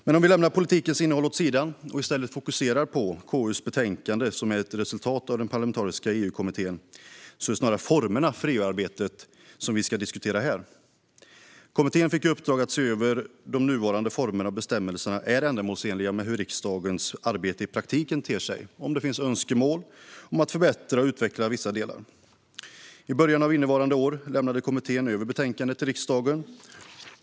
Men om vi lämnar politikens innehåll åt sidan och i stället fokuserar på KU:s betänkande, som är ett resultat av den parlamentariska EU-kommittén, är det snarare formerna för EU-arbetet som vi ska diskutera här. Kommittén fick i uppdrag att se över om de nuvarande formerna och bestämmelserna är ändamålsenliga för hur riksdagens arbete i praktiken ter sig eller om det finns önskemål om att förbättra och utveckla vissa delar. I början av innevarande år lämnade kommittén över betänkandet till riksdagen.